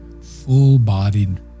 full-bodied